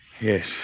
Yes